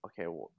okay